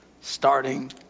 starting